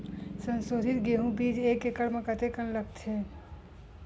संसोधित गेहूं बीज एक एकड़ म कतेकन लगथे?